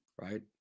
right